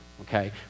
okay